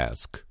Ask